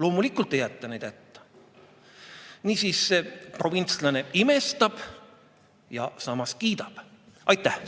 Loomulikult ei jäeta neid hätta. Niisiis, provintslane imestab ja samas kiidab. Aitäh!